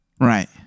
Right